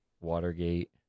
Watergate